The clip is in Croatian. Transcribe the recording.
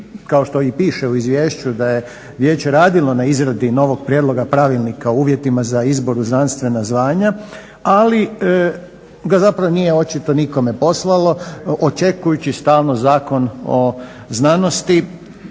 kao što i piše u Izviješću, da je Vijeće radilo na izradi novog prijedloga Pravilnika o uvjetima za izbor u znanstvena zvanja, ali ga zapravo nije očito nikome poslalo očekujući stalno Zakon o znanosti